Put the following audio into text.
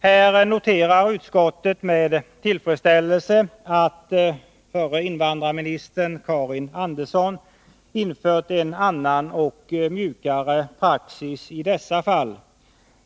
Här noterar utskottet med tillfredsställelse att förra invandrarministern Karin Andersson infört en annan och mjukare praxis i dessa fall.